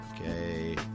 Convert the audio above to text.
okay